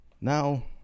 Now